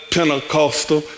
Pentecostal